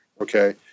Okay